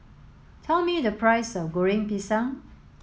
tell me the price of Goreng Pisang